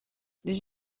des